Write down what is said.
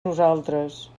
nosaltres